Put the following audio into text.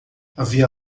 havia